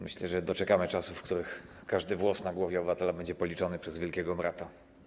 Myślę, że doczekamy czasów, w których każdy włos na głowie obywatela będzie policzony przez Wielkiego Brata.